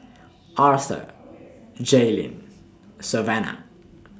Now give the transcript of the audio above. Arther Jaelyn Savanna